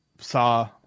saw